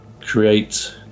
create